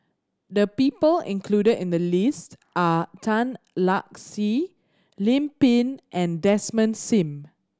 the people included in the list are Tan Lark Sye Lim Pin and Desmond Sim